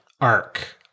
arc